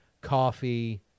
coffee